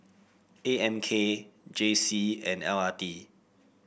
A M K J C and L R T